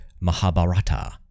Mahabharata